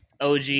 OG